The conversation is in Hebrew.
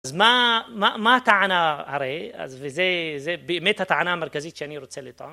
אז מה מה מה הטענה הרי, אז וזה באמת הטענה המרכזית שאני רוצה לטעון.